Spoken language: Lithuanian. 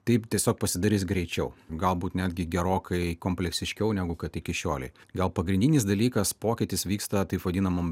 taip tiesiog pasidarys greičiau galbūt netgi gerokai kompleksiškiau negu kad iki šiolei gal pagrindinis dalykas pokytis vyksta taip vadinamam